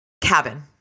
cabin